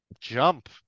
jump